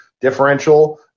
differential